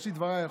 בראשית דבריי,